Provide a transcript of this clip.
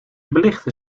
belichten